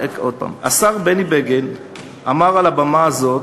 השר בני בגין אמר על הבמה הזאת: